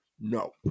No